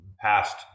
past